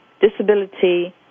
disability